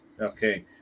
Okay